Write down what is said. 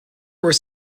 were